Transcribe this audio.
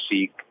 seek